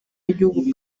y’igihugu